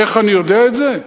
איך אני יודע את זה?